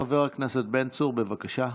חבר הכנסת בן צור, בבקשה.